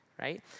Right